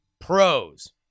Pros